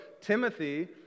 Timothy